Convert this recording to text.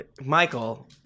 Michael